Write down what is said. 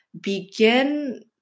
begin